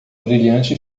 brilhante